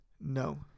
No